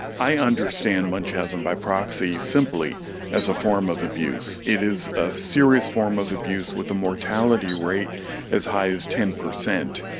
i understand munchausen by proxy simply as a form of abuse. it is a serious form of abuse with a mortality rate as high as ten percent.